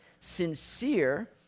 sincere